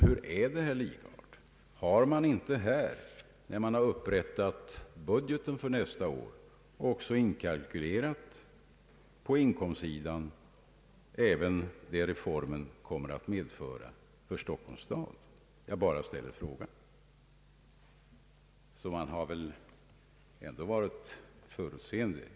Har man inte också, herr Lidgard, när budgeten upprättades för nästa år, inkalkylerat de intäkter som reformen kommer att medföra för Stockholms stad? Jag bara ställer frågan. Man har väl ändå i viss mån varit förutseende.